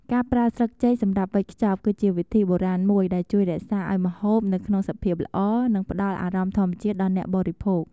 ការប្រើស្លឹកចេកសម្រាប់វេចខ្ចប់ គឺជាវិធីបុរាណមួយដែលជួយរក្សាឱ្យម្ហូបនៅក្នុងសភាពល្អ និងផ្តល់អារម្មណ៍ធម្មជាតិដល់អ្នកបរិភោគ។